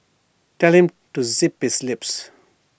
telling to zip his lip